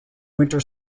winter